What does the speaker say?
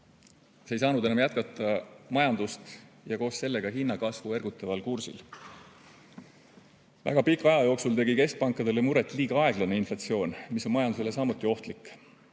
See ei saanud enam jätkata majandust ja koos sellega hinnakasvu ergutaval kursil. Väga pika aja jooksul tegi keskpankadele muret liiga aeglane inflatsioon, mis on majandusele samuti ohtlik.